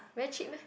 very cheap meh